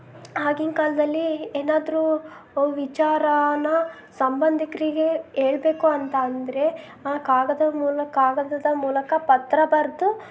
ಆಗಿನ ಕಾಲದಲ್ಲಿ ಏನಾದರೂ ವಿಚಾರಾನ ಸಂಬಂಧಿಕರಿಗೆ ಹೇಳ್ಬೇಕು ಅಂತ ಅಂದರೆ ಕಾಗದ ಮೂಲಕ ಕಾಗದದ ಮೂಲಕ ಪತ್ರ ಬರೆದು